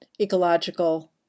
ecological